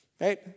right